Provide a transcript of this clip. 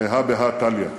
הרי הא בהא תליא,